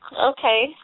Okay